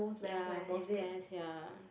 ya most bless ya